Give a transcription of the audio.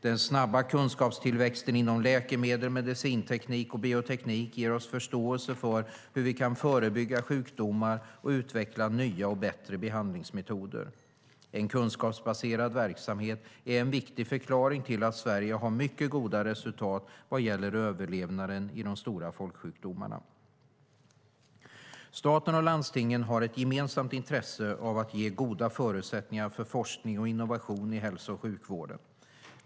Den snabba kunskapstillväxten inom läkemedel, medicinteknik och bioteknik ger oss förståelse för hur vi kan förebygga sjukdomar och utveckla nya och bättre behandlingsmetoder. En kunskapsbaserad verksamhet är en viktig förklaring till att Sverige har mycket goda resultat vad gäller överlevnaden i de stora folksjukdomarna. Staten och landstingen har ett gemensamt intresse av att ge goda förutsättningar för forskning och innovation i hälso och sjukvården.